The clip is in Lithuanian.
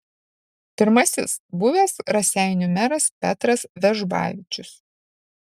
pirmasis buvęs raseinių meras petras vežbavičius